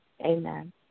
amen